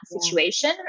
situation